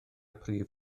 prif